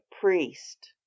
priest